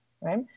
right